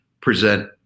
present